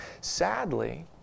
Sadly